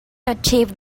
achieve